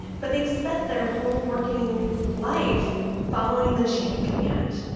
but they've spent their whole working life following the chain of command,